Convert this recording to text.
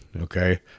okay